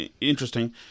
interesting